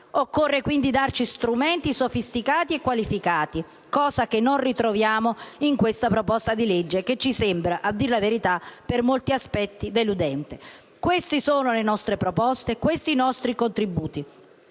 Occorre quindi darci strumenti sofisticati e qualificati, cosa che non ritroviamo in questa proposta di legge, che ci sembra, a dir la verità, per molti aspetti deludente. Queste sono le nostre proposte, questi i nostri contributi.